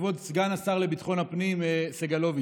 כבוד סגן השר לביטחון הפנים סגלוביץ',